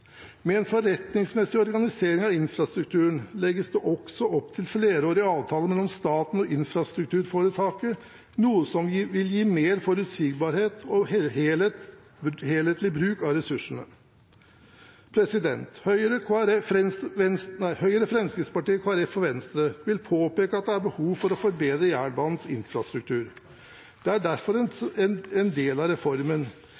Med en forretningsmessig organisering av infrastrukturen legges det også opp til flerårige avtaler mellom staten og infrastrukturforetaket, noe som vil gi større forutsigbarhet og helhetlig bruk av ressursene. Høyre, Fremskrittspartiet, Kristelig Folkeparti og Venstre vil påpeke at det er behov for å forbedre jernbanens infrastruktur. Det er derfor en del av reformen.